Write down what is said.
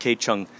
K-Chung